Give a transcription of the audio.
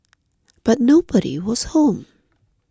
but nobody was home